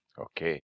Okay